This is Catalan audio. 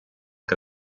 que